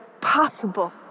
possible